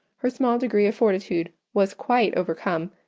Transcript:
her small degree of fortitude was quite overcome,